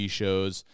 shows